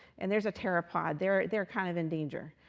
and there's a pteropod. they're they're kind of in danger.